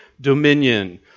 dominion